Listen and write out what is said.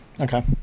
okay